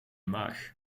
maag